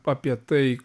apie tai